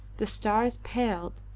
the stars paled,